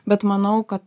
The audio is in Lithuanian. bet manau kad